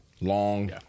Long